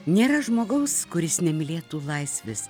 nėra žmogaus kuris nemylėtų laisvės